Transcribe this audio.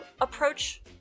approach